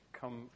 come